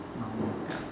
normal ya